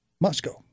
Moscow